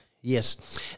Yes